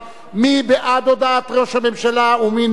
מי בעד הודעת ראש הממשלה ומי נגד?